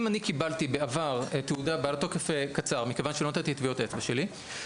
קיבלתי בעבר תעודה בעל תוקף קצר כיוון שלא נתתי את טביעות האצבע שלי,